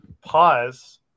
pause